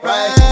Right